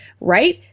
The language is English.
right